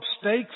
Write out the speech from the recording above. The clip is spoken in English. stakes